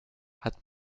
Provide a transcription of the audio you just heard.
hat